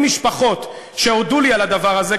80 משפחות שהודו לי על הדבר הזה.